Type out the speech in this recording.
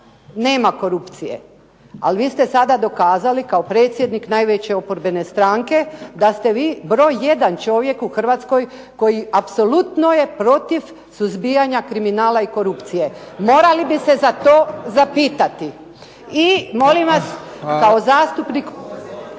nema korupcije. Ali vi ste sada dokazali kao predsjednik najveće oporbene stranke da ste vi broj jedan čovjek u Hrvatskoj koji apsolutno je protiv suzbijanja kriminala i korupcije. Morali bi se za to zapitati. I molim vas kao zastupnik…